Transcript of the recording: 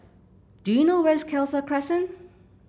do you know where is Khalsa Crescent